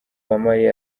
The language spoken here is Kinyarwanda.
uwamariya